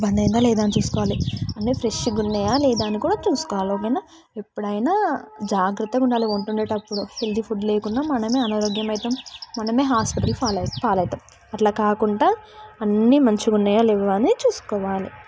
బంద్ అయిందా లేదా అని చూసుకోవాలి అన్ని ఫ్రెష్గా ఉన్నాయా లేదా అని కూడా చూసుకోవాలి ఓకేనా ఎప్పుడైనా జాగ్రత్తగా ఉండాలి వంట వండేటప్పుడు హెల్తీ ఫుడ్ లేకుండా మనమే అనారోగ్యం అవుతాం మనమే హాస్పిటల్ ఫాలై పాలైతాం అలా కాకుండా అన్ని మంచిగా ఉన్నాయా లేవా అని చూసుకోవాలి